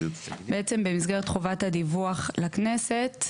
בעצם במסגרת חובת הדיווח לכנסת,